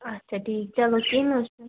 اچھا ٹھیٖک چلو کیٛنہٚہ نہٕ حظ چھُ نہٕ